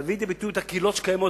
להביא לידי ביטוי את הקהילות שקיימות